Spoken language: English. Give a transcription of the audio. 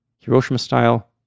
Hiroshima-style